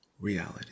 reality